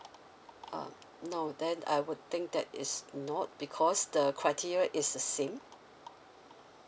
uh no then I would think that is not because the criteria is the same